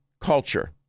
culture